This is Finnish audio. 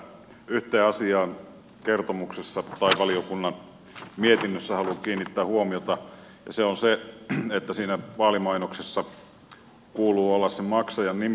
yhteen asiaan kertomuksessa tai valiokunnan mietinnössä haluan kiinnittää huomiota ja se on se että siinä vaalimainoksessa kuuluu olla se maksajan nimi